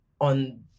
on